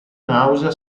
nausea